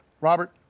Robert